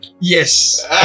Yes